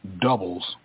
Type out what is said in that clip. doubles